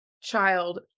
child